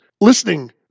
listening